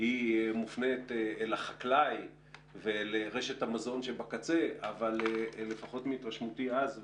מופנית אל החקלאי ואל רשת המזון שבקצה אבל לפחות מהתרשמותי אז,